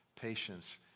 patience